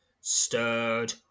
stirred